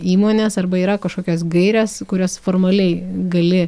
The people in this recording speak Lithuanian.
įmonės arba yra kažkokios gairės kurias formaliai gali